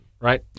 right